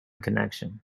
connection